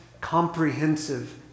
comprehensive